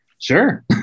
sure